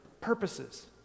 purposes